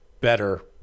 better